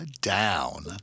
down